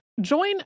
Join